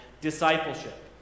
discipleship